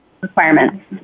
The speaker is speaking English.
Requirements